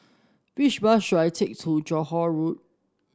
which bus should I take to Johore Road